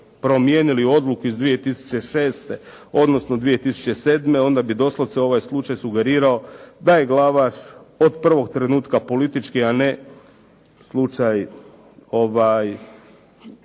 promijenili odluku iz 2006., odnosno 2007., onda bi doslovce ovaj slučaj sugerirao da je Glavaš od prvog trenutka politički, a ne slučaj